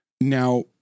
Now